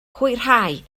hwyrhau